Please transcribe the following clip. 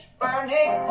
burning